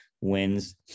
wins